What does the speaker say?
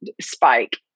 spike